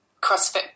CrossFit